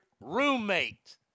roommate